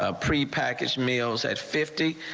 ah three package meals at fifty.